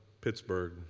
Pittsburgh